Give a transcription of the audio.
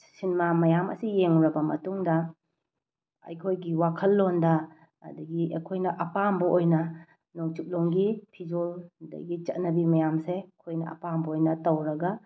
cinema ꯃꯌꯥꯝ ꯑꯁꯤ ꯌꯦꯡꯉꯕ ꯃꯇꯨꯡꯗ ꯑꯩꯈꯣꯏꯒꯤ ꯋꯥꯈꯜꯂꯣꯟꯗ ꯑꯗꯒꯤ ꯑꯩꯈꯣꯏꯅ ꯑꯄꯥꯝꯕ ꯑꯣꯏꯅ ꯅꯣꯡꯆꯨꯞꯂꯣꯝꯒꯤ ꯐꯤꯖꯣꯜ ꯑꯗꯒꯤ ꯆꯠꯅꯕꯤ ꯃꯌꯥꯝꯁꯦ ꯑꯩꯈꯣꯏꯅ ꯑꯄꯥꯝꯕ ꯑꯣꯏꯅ ꯇꯧꯔꯒ